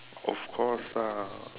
of course lah